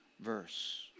verse